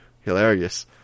hilarious